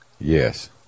Yes